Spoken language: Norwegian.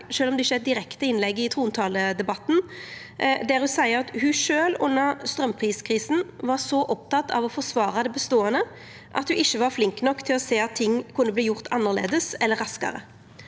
sjølv om det ikkje er eit direkte innlegg i trontaledebatten. Der seier ho at ho sjølv under straumpriskrisa var så oppteken av å forsvara det beståande at ho ikkje var flink nok til å sjå at ting kunne verta gjort annleis eller raskare.